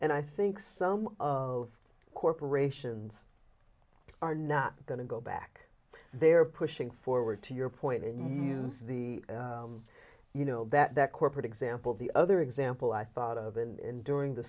and i think some of corporations are not going to go back they are pushing forward to your point and use the you know that corporate example the other example i thought of in during the